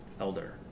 elder